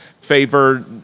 favor